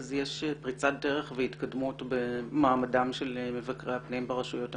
יש פריצת דרך והתקדמות במעמדם של מבקרי הפנים ברשויות המקומיות.